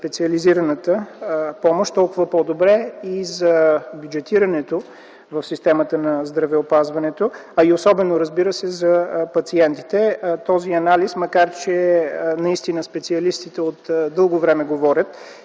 специализираната помощ, толкова по-добре и за бюджетирането в системата на здравеопазването, а и особено, разбира се, за пациентите. Този анализ, макар че наистина специалистите от дълго време говорят